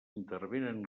intervenen